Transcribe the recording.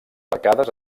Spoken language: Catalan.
arcades